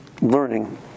learning